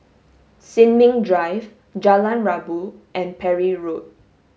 Sin Ming Drive Jalan Rabu and Parry Road